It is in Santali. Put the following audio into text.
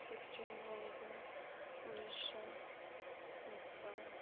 ᱯᱚᱥᱪᱤᱢ ᱵᱚᱝᱜᱚ ᱩᱲᱤᱥᱟ ᱱᱮᱯᱟᱞ